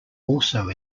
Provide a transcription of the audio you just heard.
also